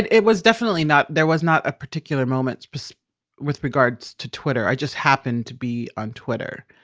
it was definitely not. there was not a particular moment with regards to twitter. i just happened to be on twitter.